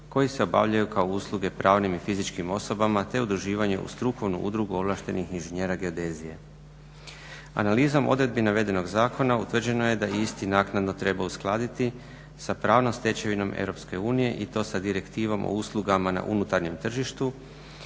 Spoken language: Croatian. koji se obavljaju kao usluge pravnim i fizičkim osobama te udruživanje u strukovnu udrugu ovlaštenih inženjera geodezije. Analizom odredbi navedenog zakona utvrđeno je da je isti naknadno trebalo uskladiti sa pravnom stečevinom EU i to sa Direktivom o uslugama na unutarnjem tržištu